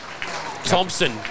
Thompson